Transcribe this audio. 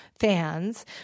fans